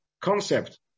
concept